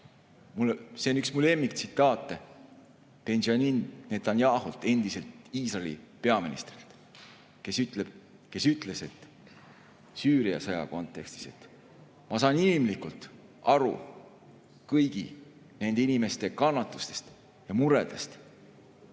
see on üks mu lemmiktsitaate – Benjamin Netanyahut, endist Iisraeli peaministrit, kes ütles Süüria sõja kontekstis: "Ma saan inimlikult aru kõigi nende inimeste kannatustest ja muredest,